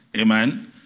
Amen